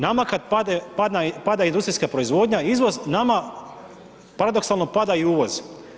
Nama kad pada industrijska proizvodnja i izvoz, nama paradoksalno pada i uvoz.